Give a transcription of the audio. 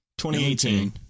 2018